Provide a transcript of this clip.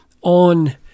on